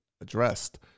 addressed